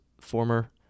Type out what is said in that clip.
former